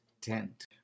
tent